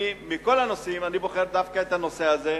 אני, מכל הנושאים אני בוחר דווקא את הנושא הזה.